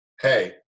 Hey